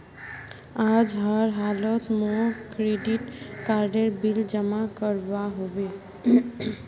आज हर हालौत मौक क्रेडिट कार्डेर बिल जमा करवा होबे